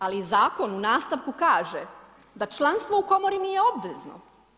Ali zakon u nastavku kaže da članstvo u komori nije obvezno.